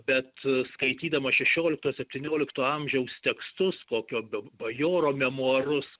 bet skaitydamas šešiolikto septyniolikto amžiaus tekstus kokio ba bajoro memuarus